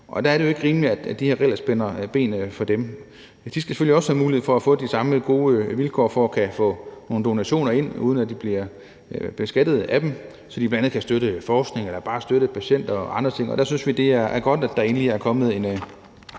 Der er det jo ikke rimeligt, at de her regler spænder ben for dem. De skal selvfølgelig også have mulighed for at få de samme gode vilkår for at kunne få nogle donationer ind, uden at de bliver beskattet af dem, så de bl.a. kan støtte forskning eller bare støtte patienter og andre ting. Vi synes, det er godt, at der endelig er kommet en